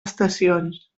estacions